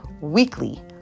weekly